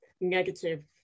negative